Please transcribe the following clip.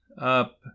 up